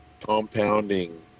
compounding